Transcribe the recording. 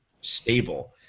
stable